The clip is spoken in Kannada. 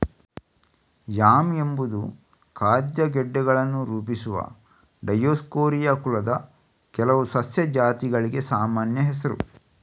ಯಾಮ್ ಎಂಬುದು ಖಾದ್ಯ ಗೆಡ್ಡೆಗಳನ್ನು ರೂಪಿಸುವ ಡಯೋಸ್ಕೋರಿಯಾ ಕುಲದ ಕೆಲವು ಸಸ್ಯ ಜಾತಿಗಳಿಗೆ ಸಾಮಾನ್ಯ ಹೆಸರು